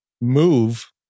move